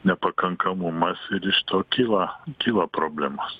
nepakankamumas ir iš to kilo kilo problemos